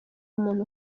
muntu